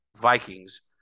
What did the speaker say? Vikings